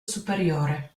superiore